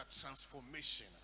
transformation